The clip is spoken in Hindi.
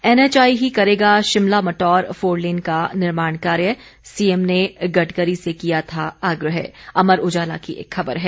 एनएचआई ही करेगा शिमला मटौर फोरलेन का निर्माण कार्य सीएम ने गडकरी से किया था आग्रह अमर उजाला की खबर है